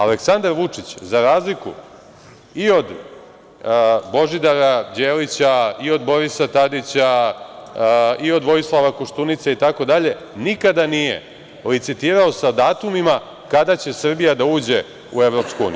Aleksandar Vučić, za razliku i od Božidara Đelića, i od Borisa Tadića i od Vojislava Koštunice, itd. nikada nije licitirao sa datumima kada će Srbija da uđe u EU.